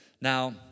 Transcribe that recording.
Now